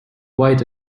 quite